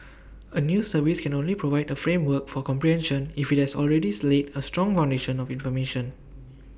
A news service can only provide A framework for comprehension if IT has already slay A strong foundation of information